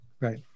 right